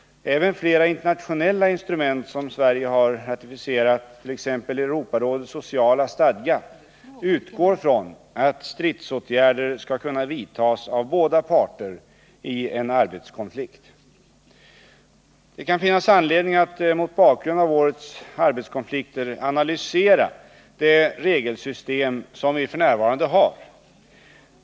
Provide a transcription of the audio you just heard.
Även flera internationella instrument som Sverige har ratificerat. t.ex. Europarådets sociala stadga. utgår från att stridsåtgärder skall kunna vidtas av båda parter i en arbetskonflikt. Det kan finnas anledning att mot bakgrund av årets arbetskonflikter analysera det regelsystem som vi f.n. har.